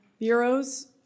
Bureaus